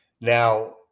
Now